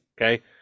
okay